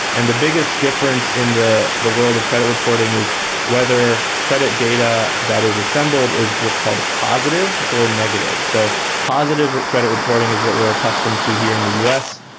and the biggest difference in the the world of credit reporting is whether credit data that is assembled is what's called positive or negative. so positive or credit reporting is what we're accustomed to here in the us,